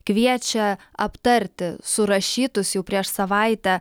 kviečia aptarti surašytus jau prieš savaitę